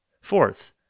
Fourth